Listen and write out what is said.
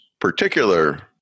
particular